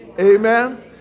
amen